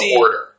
order